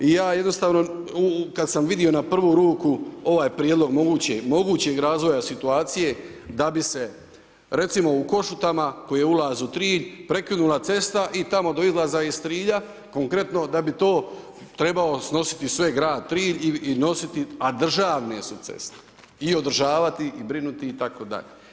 I ja jednostavno kada sam vidio na prvu ruku ovaj prijedlog mogućeg razvoja situacije da bi se recimo u Košutama koje je ulaz 3 prekinula cesta i tamo do izlaza iz Trilja konkretno da bi to trebao snositi sve grad Trilj i nositi a državne su ceste i održavati i brinuti itd.